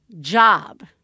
job